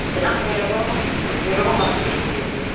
جناب میرے کو میرے کو مچھلی چاہیے تھی